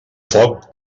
foc